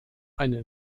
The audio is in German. eine